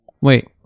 Wait